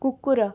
କୁକୁର